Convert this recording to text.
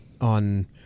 on